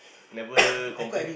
never complete